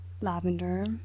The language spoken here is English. Lavender